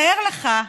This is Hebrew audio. תאר לך,